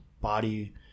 body